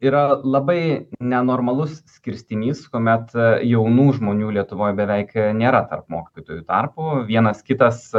yra labai nenormalus skirstinys kuomet jaunų žmonių lietuvoj beveik nėra tarp mokytojų tarpo vienas kitas